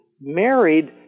married